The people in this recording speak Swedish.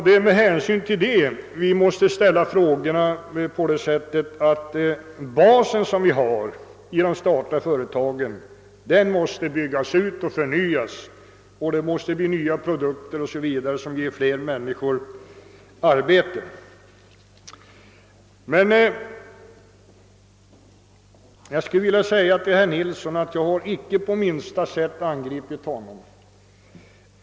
Mot denna bakgrund måste utgångspunkten vara att den bas för närings livet som vi har i de statliga företagen skall byggas ut till att omfatta nya produkter, som ger fler människor arbete. Till herr Nilsson i Agnäs vill jag säga att jag inte på minsta sätt angripit honom.